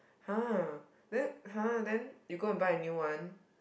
!huh! then !huh! then you go and buy a new one